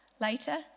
Later